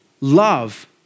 love